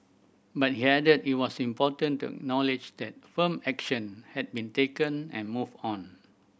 but he added it was important to acknowledge that firm action had been taken and move on